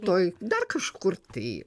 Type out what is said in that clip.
tuoj dar kažkur tai